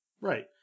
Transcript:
right